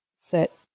set